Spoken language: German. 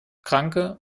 kranke